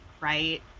right